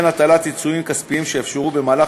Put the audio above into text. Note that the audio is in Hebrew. וכן הטלת עיצומים כספיים שיאפשרו במקרים